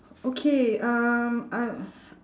okay um uh